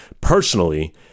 personally